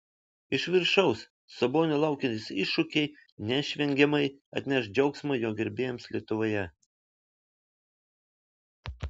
iš viršaus sabonio laukiantys iššūkiai neišvengiamai atneš džiaugsmo jo gerbėjams lietuvoje